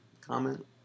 comment